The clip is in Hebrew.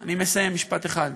אני מסיים, משפט אחד.